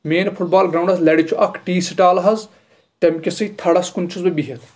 main football grounds لرِ چھُ اکھ ٹی سٹال حظ تَمہِ کہِ سٕے تھڑس کُن چھُس بہٕ بِیٚہتھ